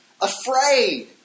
afraid